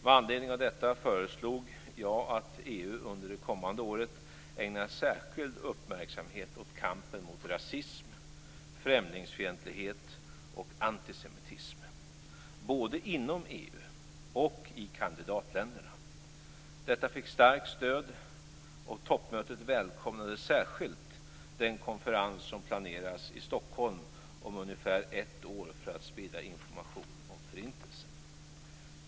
Med anledning av detta föreslog jag att EU under det kommande året ägnar särskild uppmärksamhet åt kampen mot rasism, främlingsfientlighet och antisemitism både inom EU och i kandidatländerna. Detta fick starkt stöd, och toppmötet välkomnade särskilt den konferens som planeras i Stockholm om ungefär ett år för att sprida information om Förintelsen.